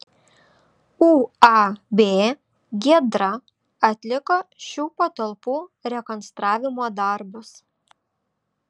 uab giedra atliko šių patalpų rekonstravimo darbus